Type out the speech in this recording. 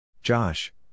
Josh